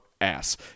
ass